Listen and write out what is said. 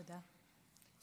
תודה.